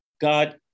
God